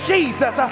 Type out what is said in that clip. Jesus